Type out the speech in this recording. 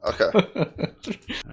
Okay